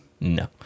No